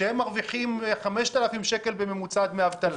פלוס נתון שאומר שכל מובטל מרוויח 5,000 שקל בממוצע דמי אבטלה,